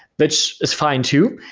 which is fine too.